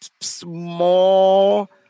small